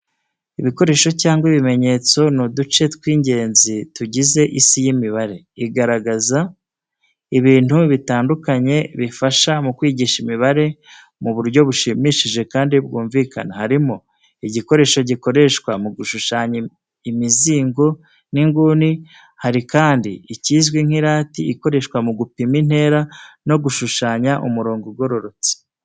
Ibikoresho cyangwa ibimenyetso n’uduce tw’ingenzi tugize Isi y’imibare. Igaragaza ibintu bitandukanye bifasha mu kwigisha imibare mu buryo bushimishije kandi bwumvikana. Harimo igikoresho gikoreshwa mu gushushanya imizingo n'inguni, hari kandi ikizwi nk'irati ikoreshwa mu gupima intera no gushushanya umurongo ugororotse.